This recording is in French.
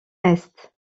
est